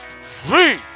free